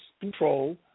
control